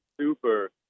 super